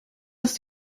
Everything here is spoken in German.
dass